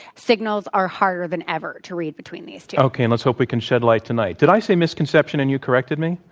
signals are harder than ever to read between these two. okay, and let's hope we can shed light tonight. did i say misconception and you corrected me?